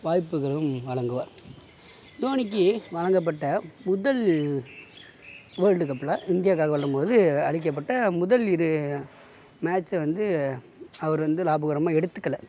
வாய்ப்புகளும் வழங்குவார் தோனிக்கு வழங்கப்பட்ட முதல் வேர்ல்டு கப்பில் இந்தியாக்காக விளாடும் போது அளிக்கப்பட்ட முதல் இரு மேட்சை வந்து அவர் வந்து லாபகரமாக எடுத்துக்கல